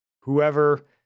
whoever